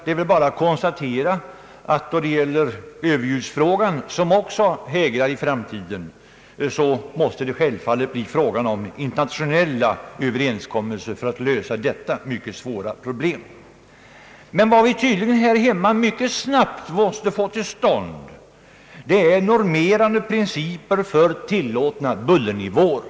Det är väl bara att konstatera att när det gäller överljudsfrågan, som är så högaktuell, måste detta mycket svåra problem lösas genom internationella överenskommelser. En sak som vi här hemma mycket snabbt måste få till stånd är normerande principer för tillåtna bullernivåer.